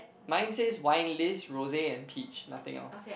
mine says wine list rosy and peach nothing else